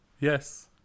yes